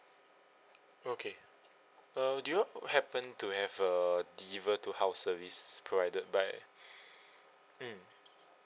okay uh do you all happen to have a deliver to house service provided by mm